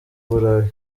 burayi